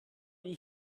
wie